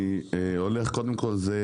אז אולי תצרפו את המחקר הזה למשרד הכלכלה.